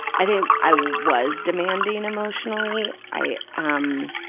i think i was demanding emotionally. i, um,